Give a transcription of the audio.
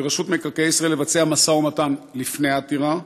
מקרקעי ישראל לבצע משא ומתן לפני העתירה?